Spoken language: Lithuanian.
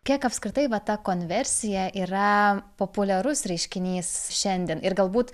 kiek apskritai va ta konversija yra populiarus reiškinys šiandien ir galbūt